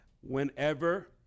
Whenever